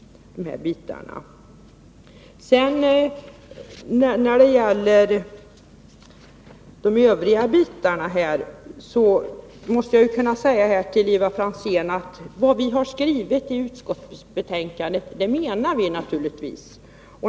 När det gäller de övriga frågorna måste jag säga till Ivar Franzén att det vi har skrivit i utskottets betänkande menar vi naturligtvis.